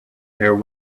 there